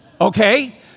okay